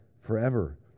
forever